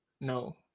No